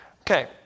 Okay